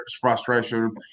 frustration